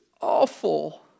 awful